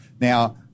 Now